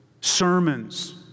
sermons